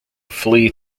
flee